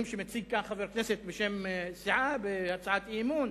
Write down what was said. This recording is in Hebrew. שמציג חבר כנסת בשם סיעה בהצעת אי-אמון?